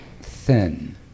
thin